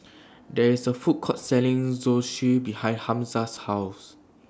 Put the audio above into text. There IS A Food Court Selling Zosui behind Hamza's House